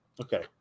Okay